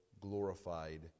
glorified